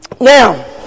now